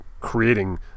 creating